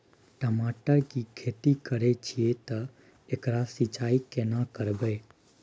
टमाटर की खेती करे छिये ते एकरा सिंचाई केना करबै?